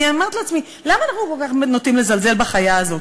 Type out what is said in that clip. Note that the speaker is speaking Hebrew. אני אומרת לעצמי: למה אנחנו כל כך נוטים לזלזל בחיה הזאת?